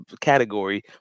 category